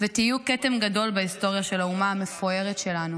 ותהיו כתם גדול בהיסטוריה של האומה המפוארת שלנו,